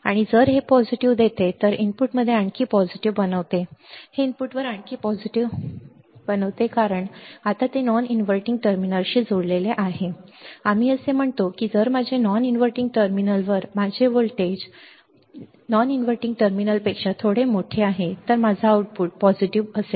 आणि जर हे पॉझिटिव्ह देते तर हे इनपुटमध्ये आणखी सकारात्मक बनवते हे इनपुटवर आणखी सकारात्मक बनवते कारण आता ते नॉन इनव्हर्टिंग टर्मिनलशी जोडलेले आहे काय आम्ही असे म्हणतो की जर माझे जर नॉन इनव्हर्टिंग टर्मिनलवर माझे व्होल्टेज नॉन इन्व्हर्टिंग टर्मिनल पेक्षा थोडे मोठे आहे माझे आउटपुट सकारात्मक पर्यंत पोहोचेल